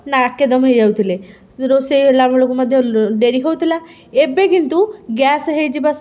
ନାକେଦମ୍ ହେଇଯାଉଥିଲେ ରୋଷେଇ ହେଲାବେଳକୁ ମଧ୍ୟ ଡେରି ହେଉଥିଲା ଏବେ କିନ୍ତୁ ମଧ୍ୟ ଗ୍ୟାସ୍ ହେଇଯିବା